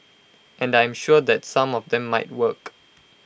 and I am sure that some of them might work